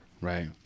Right